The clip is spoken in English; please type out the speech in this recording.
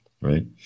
right